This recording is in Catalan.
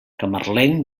camarlenc